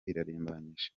irarimbanyije